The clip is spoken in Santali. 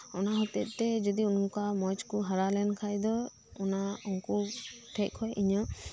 ᱚᱱᱟ ᱦᱚᱛᱮ ᱛᱮ ᱚᱱᱠᱟ ᱢᱚᱸᱡᱽ ᱠᱚ ᱦᱟᱨᱟ ᱞᱮᱱᱠᱷᱟᱱ ᱫᱚ ᱚᱱᱟ ᱩᱱᱠᱩ ᱴᱷᱮᱱ ᱠᱷᱚᱱ ᱤᱧᱟᱹᱜ